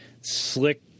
slick